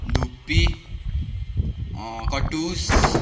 धुप्पी कटुस